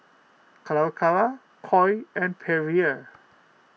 Calacara Koi and Perrier